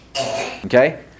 okay